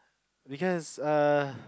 because err